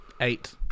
Eight